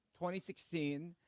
2016